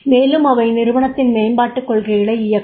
மேலும் அவை நிறுவனத்தின் மேம்பாட்டுக் கொள்கைகளை இயக்கும்